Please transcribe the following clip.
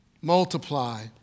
multiply